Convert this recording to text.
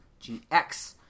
GX